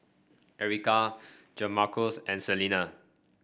Erika Jamarcus and Selina